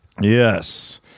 Yes